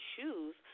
shoes